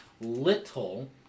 little